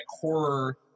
horror